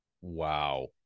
Wow